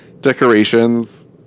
decorations